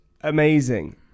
amazing